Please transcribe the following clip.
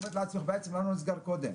ואת אומרת לעצמך: בעצם למה לא נסגר קודם?